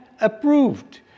approved